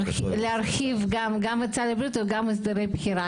להרחיב גם את סל הבריאות וגם הסדרי בחירה.